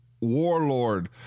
warlord